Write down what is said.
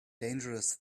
dangerous